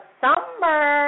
summer